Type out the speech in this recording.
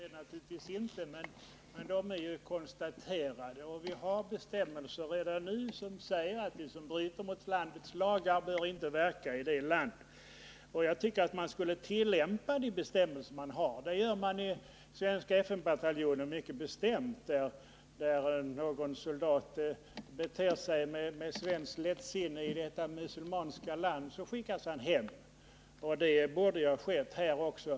Fru talman! Några generella företeelser är det naturligtvis inte fråga om. Men de är dock konstaterade, och vi har redan nu bestämmelser som säger att de som bryter mot ett lands lagar inte bör få verka i det landet. Jag tycker att man skulle tillämpa de bestämmelserna här. Det gör man ju mycket strikt inom den svenska FN-bataljonen; om någon uppträder med svenskt lättsinne i ett muselmanskt land, så skickas han hem. Det borde ha skett också i det här fallet.